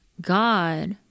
God